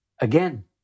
again